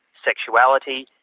sexuality,